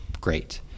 great